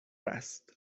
است